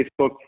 Facebook